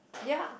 ya